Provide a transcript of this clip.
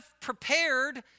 prepared